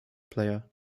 player